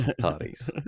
parties